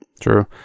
true